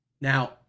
Now